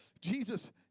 Jesus